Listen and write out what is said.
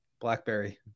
blackberry